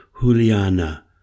Juliana